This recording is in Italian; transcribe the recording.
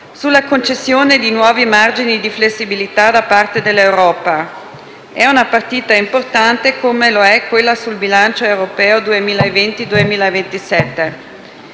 sulla concessione di nuovi margini di flessibilità da parte dell'Europa. È una partita importante, come lo è quella sul bilancio europeo 2020-2027.